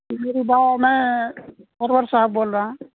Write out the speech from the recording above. میرے بھاٮٔی میں سرور صاحب بول رہے ہیں